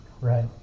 Right